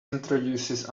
introduces